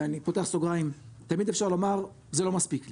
ואני פותח סוגריים שתמיד אפשר לומר: זה לא מספיק לי.